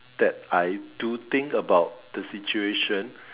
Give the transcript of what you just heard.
that I do think about the situation